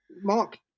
Mark